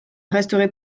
resterai